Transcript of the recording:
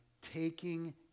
taking